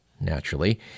naturally